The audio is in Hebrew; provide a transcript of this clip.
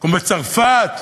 כמו בצרפת: